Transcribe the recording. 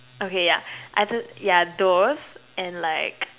okay yeah I yeah those and like